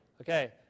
Okay